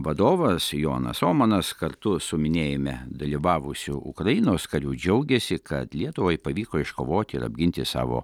vadovas jonas omanas kartu su minėjime dalyvavusių ukrainos karių džiaugėsi kad lietuvai pavyko iškovoti ir apginti savo